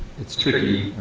it's tricky.